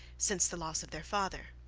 since the loss of their father.